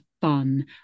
fun